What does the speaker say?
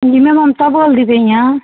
ਜੀ ਮੈਂ ਮਮਤਾ ਬੋਲਦੀ ਪਈ ਹਾਂ